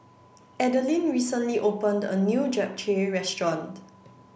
Adelyn recently opened a new Japchae restaurant